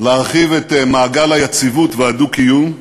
להרחיב את מעגל היציבות והדו-קיום,